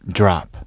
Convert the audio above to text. drop